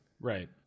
Right